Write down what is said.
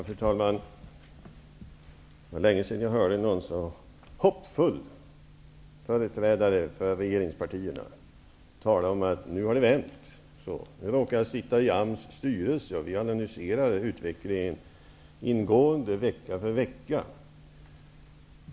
Fru talman! Det var länge sedan jag hörde någon så hoppfull företrädare för regeringspartierna tala om att det nu har vänt osv. Jag råkar sitta i AMS styrelse, där vi analyserar utvecklingen ingående vecka för vecka.